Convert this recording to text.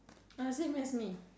uh same as me